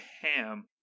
ham